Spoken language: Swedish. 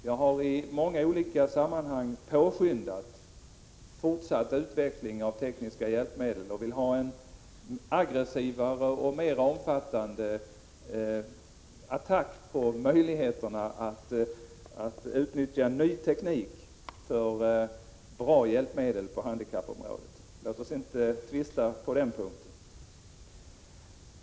Jag har i många olika sammanhang påskyndat fortsatt utveckling av tekniska hjälpmedel, och jag vill ha ett aggressivare och mera omfattande tillvaratagande av möjligheterna att utnyttja ny teknik för bra hjälpmedel på handikappområdet. Låt oss inte tvista på den punkten.